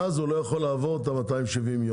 ואז הוא לא יכול לעבור את 270 הימים.